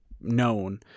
known